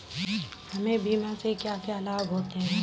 हमें बीमा से क्या क्या लाभ प्राप्त होते हैं?